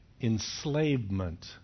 enslavement